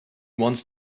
wants